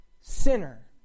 sinner